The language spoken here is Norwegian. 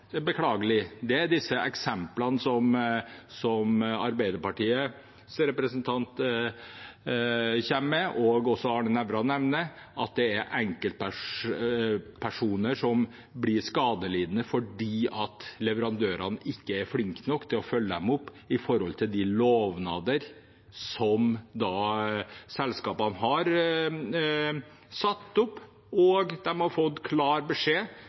beklagelig, er disse eksemplene som Arbeiderpartiets representant kommer med, og som også Arne Nævra nevner, at det er enkeltpersoner som blir skadelidende fordi leverandørene ikke er flinke nok til å følge dem opp ut fra de lovnadene som selskapene har gitt. De har fått klar beskjed